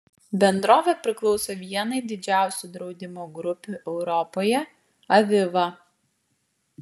bendrovė priklauso vienai didžiausių draudimo grupių europoje aviva